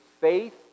faith